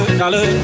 dollar